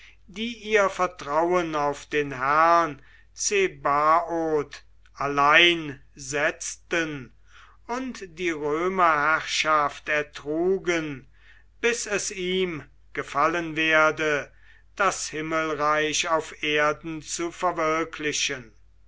die ihr vertrauen auf den herrn zebaoth allein setzten und die römerherrschaft ertrugen bis es ihm gefallen werde das himmelreich auf erden zu verwirklichen